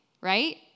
right